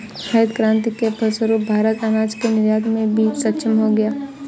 हरित क्रांति के फलस्वरूप भारत अनाज के निर्यात में भी सक्षम हो गया